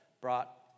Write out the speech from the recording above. brought